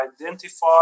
identify